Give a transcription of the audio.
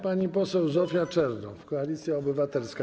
Pani poseł Zofia Czernow, Koalicja Obywatelska.